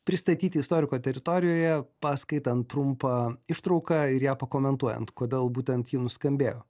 pristatyti istoriko teritorijoje paskaitant trumpą ištrauką ir ją pakomentuojant kodėl būtent ji nuskambėjo